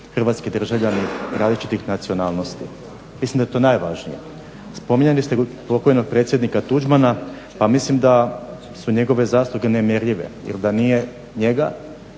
hrvatski državljani različitih nacionalnosti. Mislim da je to najvažnije. Spominjali ste pokojnog predsjednika Tuđmana pa mislim da su njegove zasluge nemjerljive jer da nije njega